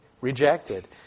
rejected